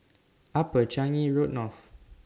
Upper Changi Road North